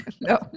No